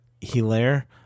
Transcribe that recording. hilaire